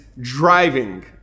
driving